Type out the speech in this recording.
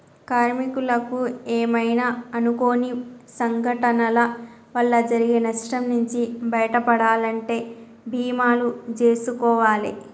కార్మికులకు ఏమైనా అనుకోని సంఘటనల వల్ల జరిగే నష్టం నుంచి బయటపడాలంటే బీమాలు జేసుకోవాలే